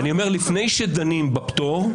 אני אומר שלפני שדנים בפטור,